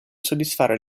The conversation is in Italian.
soddisfare